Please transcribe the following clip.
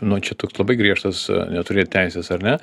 nu čia toks labai griežtas neturėt teisės ar ne